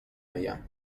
آیم